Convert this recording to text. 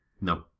No